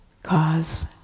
cause